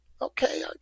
Okay